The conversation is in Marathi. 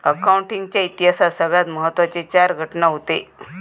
अकाउंटिंग च्या इतिहासात सगळ्यात महत्त्वाचे चार घटना हूते